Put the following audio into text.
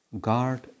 guard